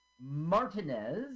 Martinez